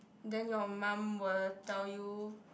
then your mum will tell you